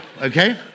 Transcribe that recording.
okay